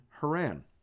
Haran